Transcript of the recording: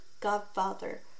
Godfather